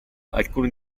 alcuni